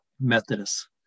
Methodist